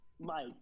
Mike